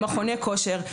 במכוני כושר.